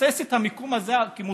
לבסס את המיקום הזה כמוסד.